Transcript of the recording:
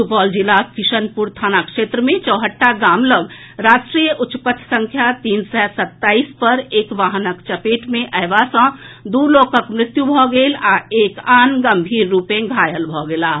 सुपौल जिलाक किशनपुर थाना क्षेत्र मे चौहटा गाम लऽग राष्ट्रीय उच्च पथ संख्या तीन सय सत्ताईस पर एक वाहनक चपेट मे अएबा सँ दू लोकक मृत्यु भऽ गेल आ एक आन गम्भीर रूप सऽ घायल भऽ गेलाह